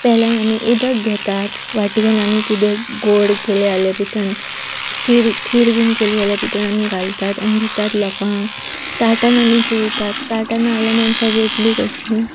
पेल्यान आमी उदक घेतात वाटयेन आमी किदें गोड केले जाल्या भितन खीर खीर बीन केली जाल्या भितन आमी घालतात आनी दितात लोकांक ताटान आमी जयतात ताटान जाल्या मनशां जेतली कशीं